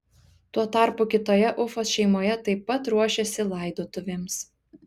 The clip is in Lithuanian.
tuo tarpu kitoje ufos šeimoje taip pat ruošėsi laidotuvėms